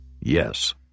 Yes